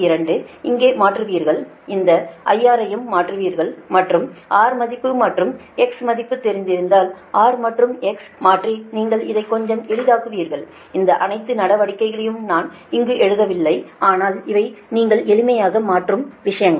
2 இங்கே மாற்றுவீர்கள்இந்த IR யும் மாற்றுவீர்கள் மற்றும் R மதிப்பு மற்றும் X மதிப்பு தெரிந்ததால் R மற்றும்X ஐ மாற்றி நீங்கள் இதை கொஞ்சம் எளிதாக்குவீர்கள் இந்த அனைத்து நடவடிக்கைகளையும் நான் இங்கு எழுதவில்லை ஆனால் இவை நீங்கள் எளியமையாக மாற்றும் விஷயங்கள்